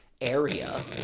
area